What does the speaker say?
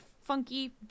funky